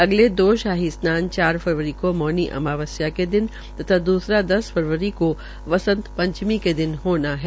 अगले दो शाही स्नान चार फरवरी को मौनी अमावस्या के दिन तथा द्रसरा दस फरवरी को बंसत पंचमी के दिन होना है